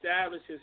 establishes